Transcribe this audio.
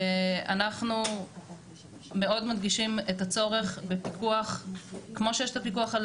אנחנו מאוד מדגישים את הצורך בפיקוח כמו שיש את הפיקוח על